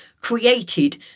Created